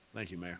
thank you, mayor.